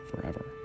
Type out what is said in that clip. forever